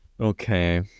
Okay